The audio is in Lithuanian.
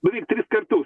beveik tris kartus